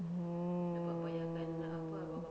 mm